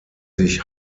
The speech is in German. sich